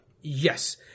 Yes